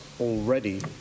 already